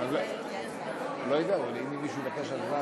לא יודע, אבל אם מישהו מבקש הצבעה,